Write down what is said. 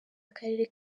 akarere